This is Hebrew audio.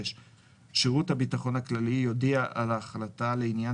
שירות הביטחון הכללי יודיע על ההחלטה לעניין